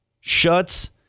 Shuts